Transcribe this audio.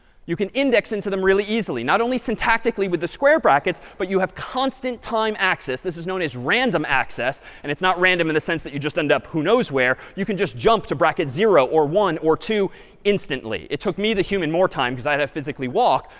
you can index into them really easily, not only syntactically with the square brackets, but you have constant time access this is known as random access. and it's not random in the sense that you just end up who knows where. you can just jump to bracket zero or one or two instantly. it took me, the human, more time because i had to physically walk.